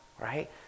right